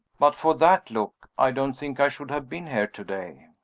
but for that look, i don't think i should have been here to-day.